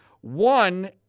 one